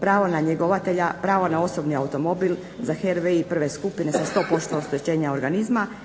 pravo na njegovatelja, pravo na osobni automobil za HRVI prve skupine sa 100% oštećenja organizma